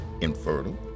infertile